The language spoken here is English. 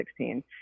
2016